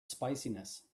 spiciness